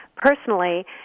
personally